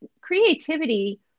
creativity